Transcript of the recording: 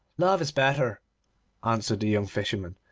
love is better answered the young fisherman,